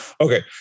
Okay